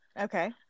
Okay